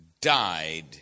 died